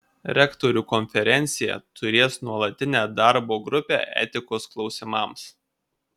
rektorių konferencija turės nuolatinę darbo grupę etikos klausimams